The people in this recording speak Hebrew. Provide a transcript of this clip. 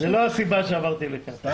זו לא הסיבה שעברתי לכאן.